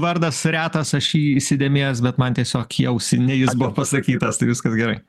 vardas retas aš jį įsidėmėjęs bet man tiesiog į ausinę jis buvo pasakytas tai viskas gerai